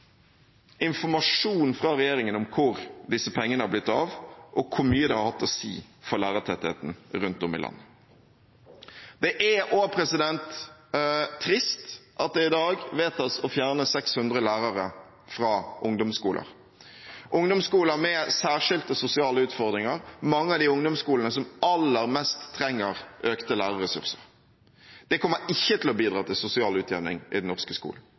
informasjon fra regjeringen om hvor disse pengene har blitt av, og hvor mye det har hatt å si for lærertettheten rundt om i landet. Det er også trist at det i dag vedtas å fjerne 600 lærere fra ungdomsskoler – ungdomsskoler med særskilte sosiale utfordringer, mange av de ungdomsskolene som aller mest trenger økte lærerressurser. Det kommer ikke til å bidra til sosial utjevning i